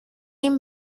این